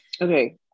okay